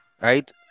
right